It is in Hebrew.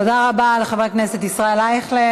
תודה רבה לחבר הכנסת ישראל אייכלר.